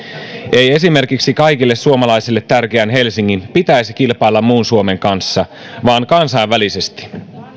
ei esimerkiksi kaikille suomalaisille tärkeän helsingin pitäisi kilpailla muun suomen kanssa vaan kansainvälisesti